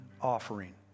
offering